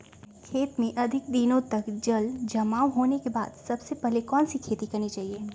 खेत में अधिक दिनों तक जल जमाओ होने के बाद सबसे पहली कौन सी खेती करनी चाहिए?